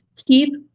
keep